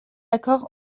accord